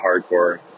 Hardcore